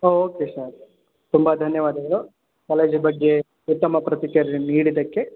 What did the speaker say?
okay sir ತುಂಬ ಧನ್ಯವಾದಗಳು college ಬಗ್ಗೆ ಉತ್ತಮ ಪ್ರತಿಕ್ರಿಯೆ ನೀಡಿದ್ದಕ್ಕೆ